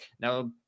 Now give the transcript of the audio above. Now